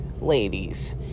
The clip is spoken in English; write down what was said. ladies